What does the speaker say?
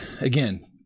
again